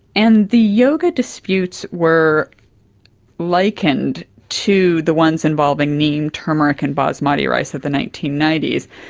and the yoga disputes were likened to the ones involving neem, turmeric and basmati rice of the nineteen ninety s.